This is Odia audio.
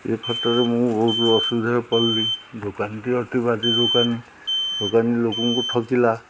ଏ ଖଟରେ ମୁଁ ବହୁତ ଅସୁବିଧା ପଡ଼ିଲିି ଦୋକାନୀଟି ଅତି ବାଜେ ଦୋକାନୀ ଦୋକାନୀ ଲୋକଙ୍କୁ ଠକିଲା